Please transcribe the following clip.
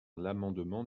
l’amendement